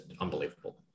unbelievable